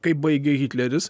kaip baigė hitleris